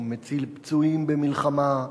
הוא מציל פצועים במלחמה,